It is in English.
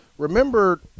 Remember